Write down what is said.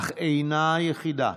אך היא אינה היחידה.